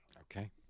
Okay